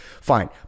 fine